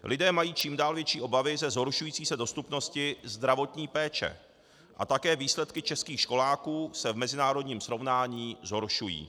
Lidé mají čím dál větší obavy ze zhoršující se dostupnosti zdravotní péče a také výsledky českých školáků se v mezinárodním srovnání zhoršují.